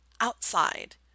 outside